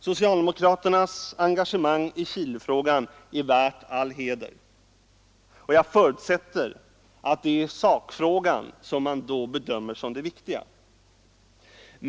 Socialdemokraternas engagemang i Chilefrågan är värt all aktning. Jag förutsätter då att det är sakfrågan som man bedömer som det viktiga.